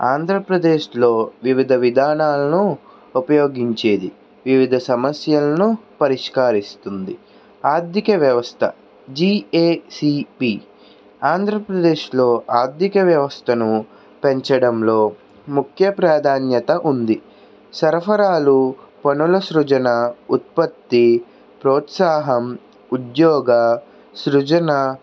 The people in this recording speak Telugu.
ఆంధ్రప్రదేశ్లో వివిధ విధానాలను ఉపయోగించేది వివిధ సమస్యలను పరిష్కరిస్తుంది ఆర్థిక వ్యవస్థ జీఏసీపీ ఆంధ్రప్రదేశ్లో ఆర్థిక వ్యవస్థను పెంచడంలో ముఖ్య ప్రాధాన్యత ఉంది సరఫరాలు పనుల సృజన ఉత్పత్తి ప్రోత్సాహం ఉద్యోగ సృజన